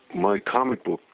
my comic book,